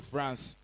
France